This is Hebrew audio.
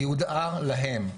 היא הודעה להם.